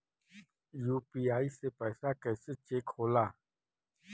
UPI से पैसा कैसे चेक होला?